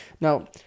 Now